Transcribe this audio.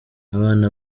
abana